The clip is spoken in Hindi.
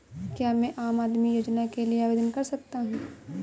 क्या मैं आम आदमी योजना के लिए आवेदन कर सकता हूँ?